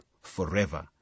forever